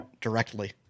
directly